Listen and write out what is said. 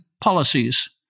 policies